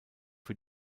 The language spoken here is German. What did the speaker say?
für